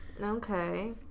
Okay